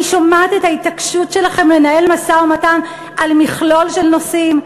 אני שומעת את ההתעקשות שלכם לנהל משא-ומתן על מכלול של נושאים.